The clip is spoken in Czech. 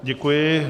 Děkuji.